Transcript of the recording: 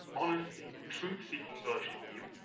honesty, truth-seeking version of you,